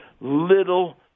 little